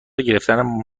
گرفتن